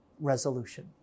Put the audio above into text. resolution